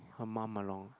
her mum along